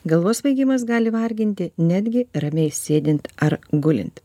galvos svaigimas gali varginti netgi ramiai sėdint ar gulint